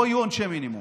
פה יהיו עונשי מינימום,